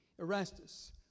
Erastus